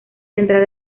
central